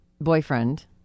boyfriend